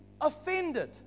offended